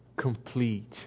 complete